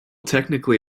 technically